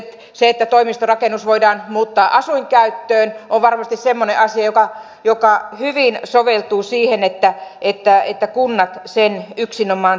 se että toimistorakennus voidaan muuttaa asuinkäyttöön on varmasti semmoinen asia joka hyvin soveltuu siihen että kunnat sen yksinomaan tekevät